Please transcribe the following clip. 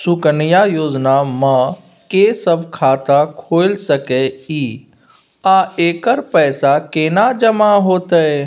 सुकन्या योजना म के सब खाता खोइल सके इ आ एकर पैसा केना जमा होतै?